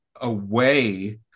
away